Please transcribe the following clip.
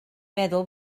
meddwl